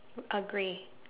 uh grey